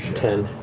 ten,